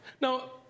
Now